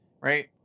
Right